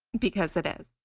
because it is.